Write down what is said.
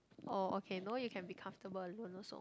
orh okay know you can be comfortable alone also